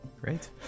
great